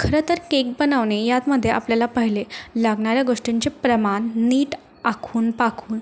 खरं तर केक बनवणे यातमध्ये आपल्याला पहिले लागणाऱ्या गोष्टींचे प्रमाण नीट आखून पाखून